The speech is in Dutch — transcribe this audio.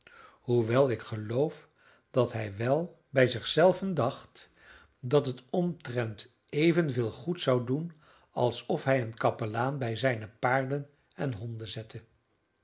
hoewel ik geloof dat hij wel bij zich zelven dacht dat het omtrent evenveel goed zou doen alsof hij een kapelaan bij zijne paarden en honden zette